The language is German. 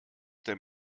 der